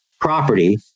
property